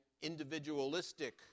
individualistic